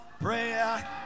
prayer